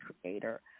creator